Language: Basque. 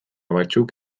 batzuk